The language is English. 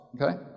okay